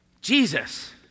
Jesus